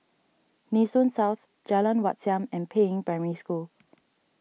Nee Soon South Jalan Wat Siam and Peiying Primary School